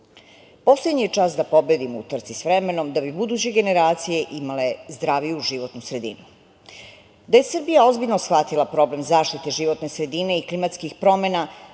Poslednji je čas da pobedimo u trci s vremenom, da bi buduće generacije imale zdraviju životnu sredinu. Da je Srbija ozbiljno shvatila problem zaštite životne sredine i klimatskih promena,